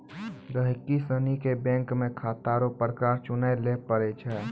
गहिकी सनी के बैंक मे खाता रो प्रकार चुनय लै पड़ै छै